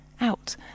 Out